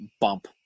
bump